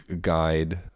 guide